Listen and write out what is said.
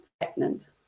pregnant